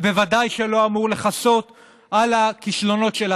ובוודאי לא אמור לכסות על הכישלונות שלה.